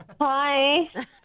Hi